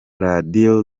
radiyo